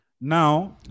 now